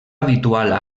habitual